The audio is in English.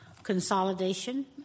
Consolidation